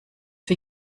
für